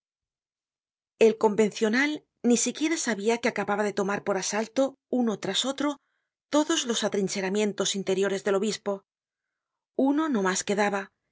el convencional ni siquiera sabia que acababa de tomar por asalto uno tras otro todos los atrincheramientos interiores del obispo uno no mas quedaba